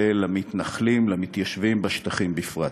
ולמתנחלים, למתיישבים בשטחים, בפרט?